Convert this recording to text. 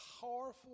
powerful